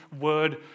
word